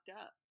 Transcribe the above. up